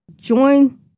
join